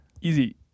Easy